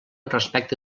respecte